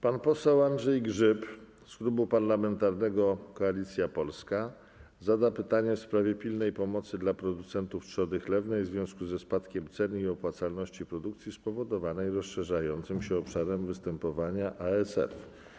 Pan poseł Andrzej Grzyb z Klubu Parlamentarnego Koalicja Polska zada pytanie w sprawie pilnej pomocy dla producentów trzody chlewnej w związku ze spadkiem cen i opłacalności produkcji spowodowanej rozszerzającym się obszarem występowania ASF.